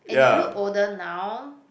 and you look older now